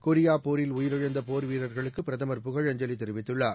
Korea போரில் உயிரிழந்த போர் வீரர்களுக்கு பிரதமர் புகழஞ்சலி தெரிவித்துள்ளார்